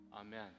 amen